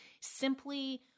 simply